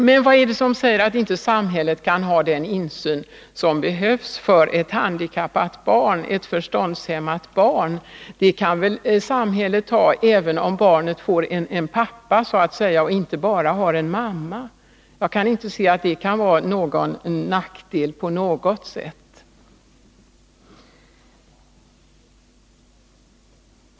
Men vad säger att inte samhället kan ha den insyn som behövs när det gäller ett handikappat eller förståndshämmat barn? Det kan väl samhället ha, även om barnet så att säga får en pappa och inte bara har en mamma. Jag kan inte se att det kan vara någon som helst nackdel.